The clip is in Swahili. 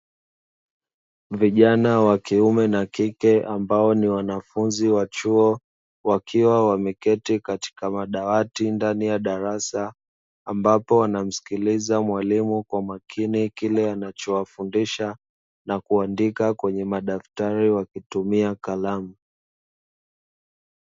Wanafunzi kiume na kike ambao ni wanafunzi wa chuo wakiwa wameketi katika madawati ndani ya darasa ambapo wanamsikiliza mwalimu kwa makini kile anachowafundisha na kuandika kwenye madaftari wakitumia kalamu.